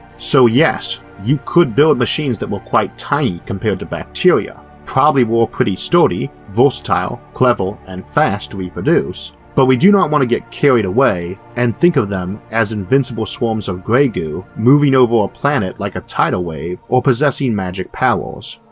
so yes you could build machines that were quite tiny compared to bacteria, probably were pretty sturdy, versatile, clever, and fast to reproduce but we do not want to get carried away and think of them as invincible swarms of grey goo moving over a planet like a tidal wave or possessing magic powers.